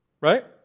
right